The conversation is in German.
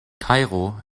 kairo